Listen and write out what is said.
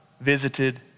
visited